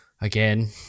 again